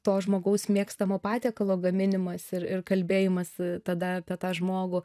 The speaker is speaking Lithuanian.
to žmogaus mėgstamo patiekalo gaminimas ir ir kalbėjimas tada apie tą žmogų